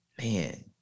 man